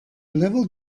level